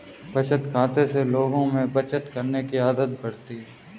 बचत खाते से लोगों में बचत करने की आदत बढ़ती है